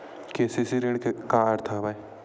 KCC ऋण के का अर्थ हवय?